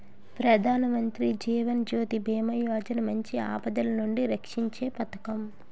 ప్రధానమంత్రి జీవన్ జ్యోతి బీమా యోజన మంచి ఆపదలనుండి రక్షీంచే పదకం